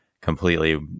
completely